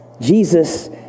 Jesus